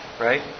right